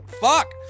Fuck